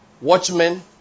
Watchmen